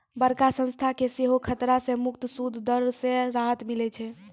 बड़का संस्था के सेहो खतरा से मुक्त सूद दर से राहत मिलै छै